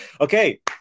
Okay